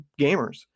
gamers